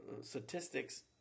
statistics